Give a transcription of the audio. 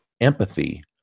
empathy